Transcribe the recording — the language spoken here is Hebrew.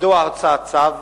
1. מדוע הוצא הצו?